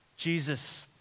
Jesus